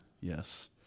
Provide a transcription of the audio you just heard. Yes